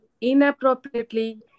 inappropriately